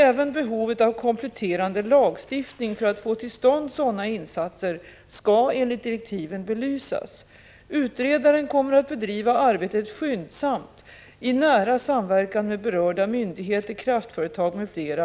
Även behovet av kompletterande lagstiftning för att få till stånd sådana insatser skall enligt direktiven belysas. Utredaren kommer att bedriva arbetet skyndsamt i nära samverkan med berörda myndigheter, kraftföretag m.fl.